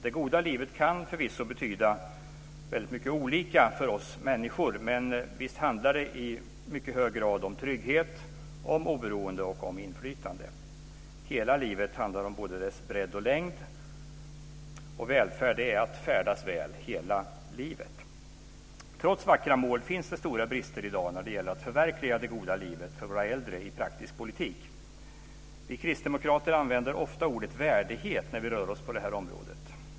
Det goda livet kan förvisso betyda mycket olika för oss människor, men visst handlar det i mycket hög grad om trygghet, oberoende och inflytande. Hela livet handlar om både dess bredd och längd. Välfärd är att färdas väl - hela livet. Trots vackra mål finns det stora brister i dag när det gäller att förverkliga det goda livet för våra äldre i praktisk politik. Vi kristdemokrater använder ofta ordet "värdighet" när vi rör oss på det området.